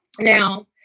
Now